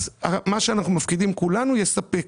אז מה שאנחנו מפקידים כולנו יספק.